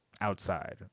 outside